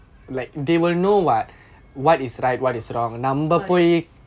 correct